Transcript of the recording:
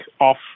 off